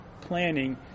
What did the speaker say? planning